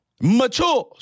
Matures